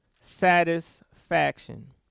satisfaction